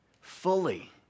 fully